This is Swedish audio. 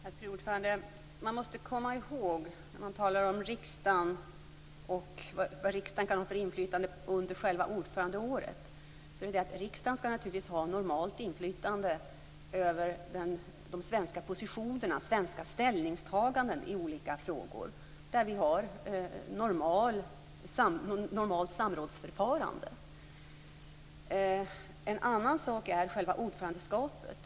Fru talman! Man måste komma ihåg, när man talar om riksdagen och vilket inflytande riksdagen kan ha under själva ordförandeåret, att riksdagen naturligtvis skall ha normalt inflytande över de svenska positionerna, över svenska ställningstaganden i olika frågor där vi har normalt samrådsförfarande. En annan sak är själva ordförandeskapet.